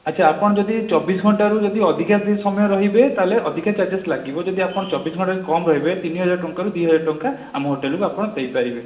ଆଚ୍ଛା ଆପଣ ଯଦି ଚବିଶ ଘଣ୍ଟାରୁ ଯଦି ଅଧିକା ଦି ସମୟ ରହିବେ ତା'ହେଲେ ଅଧିକା ଚାର୍ଜେସ୍ ଲାଗିବ ଯଦି ଆପଣ ଚବିଶ ଘଣ୍ଟାରୁ କମ୍ ରହିବେ ତିନି ହଜାର ଟଙ୍କାରୁ ଦୁଇ ହଜାର ଟଙ୍କା ଆମ ହୋଟେଲକୁ ଆପଣ ଦେଇପାରିବେ